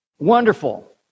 Wonderful